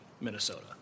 Minnesota